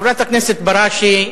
חברת הכנסת בראשי,